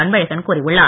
அன்பழகன் கூறியுள்ளார்